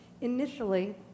initially